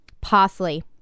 parsley